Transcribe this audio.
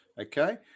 Okay